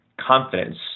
confidence